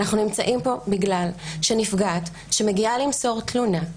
אנחנו נמצאים פה בגלל שנפגעת, שמגיעה למסור תלונה,